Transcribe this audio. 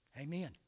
Amen